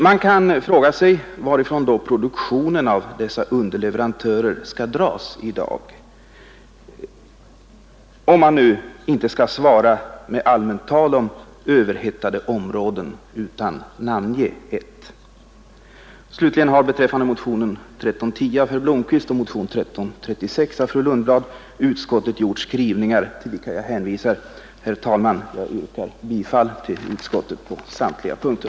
Man kan fråga sig varifrån produktionen av dessa underleverantörer skall dras i dag, om man nu inte skall svara med allmänt tal om överhettade områden utan namnge ett. Slutligen har beträffande motionen 1310 av herr Blomkvist m.fl. och motionen 1336 av fru Lundblad m.fl. utskottet gjort skrivningar till vilka jag hänvisar. Herr talman! Jag yrkar bifall till utskottets hemställan på samtliga punkter.